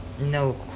No